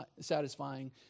satisfying